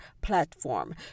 platform